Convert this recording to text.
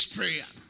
prayer